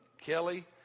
Kelly